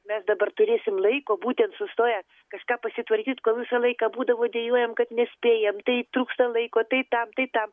mes dabar turėsim laiko būtent sustoję kažką pasitvarkyt kol visą laiką būdavo dejuojam kad nespėjam tai trūksta laiko tai tam tai tam